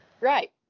right